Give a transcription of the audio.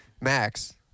max